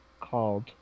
called